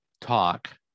talk